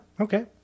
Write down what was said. okay